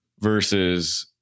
versus